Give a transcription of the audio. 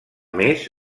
més